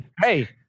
Hey